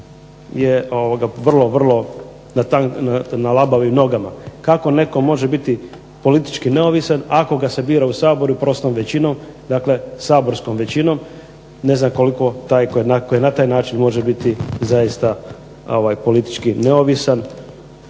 je vrlo, vrlo na labavim nogama. Kako netko može biti politički neovisan ako ga se bira u Sabor i prostom većinom, dakle saborskom većinom. Ne znam koliko taj koji na taj način može biti zaista politički neovisan